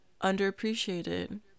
underappreciated